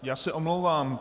Já se omlouvám.